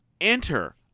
Enter